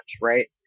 right